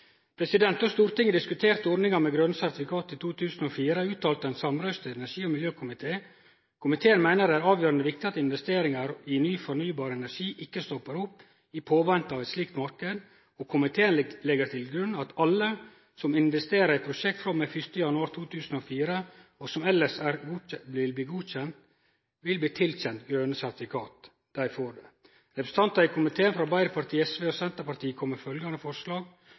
Stortinget diskuterte ordninga med grøne sertifikat i 2004, uttalte ein samrøystes energi- og miljøkomité: «Komiteen mener det er avgjørende viktig at investeringer i ny fornybar energi ikke stopper opp i påvente av et slikt marked, og komiteen legger til grunn at alle som investerer i prosjekter fra og med 1. januar 2004, og som ellers vil bli tilkjent grønt sertifikat, får det.» Representantane i komiteen frå Arbeidarpartiet, SV og Senterpartiet kom med følgjande forslag: